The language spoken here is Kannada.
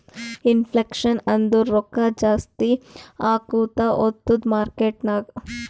ಇನ್ಫ್ಲೇಷನ್ ಅಂದುರ್ ರೊಕ್ಕಾ ಜಾಸ್ತಿ ಆಕೋತಾ ಹೊತ್ತುದ್ ಮಾರ್ಕೆಟ್ ನಾಗ್